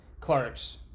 Clark's